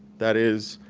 that is,